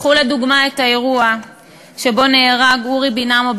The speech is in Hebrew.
קחו לדוגמה את האירוע שבו נהרג אורי בינמו,